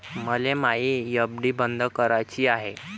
मले मायी एफ.डी बंद कराची हाय